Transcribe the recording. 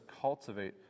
cultivate